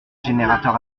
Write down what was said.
générateur